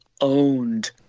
owned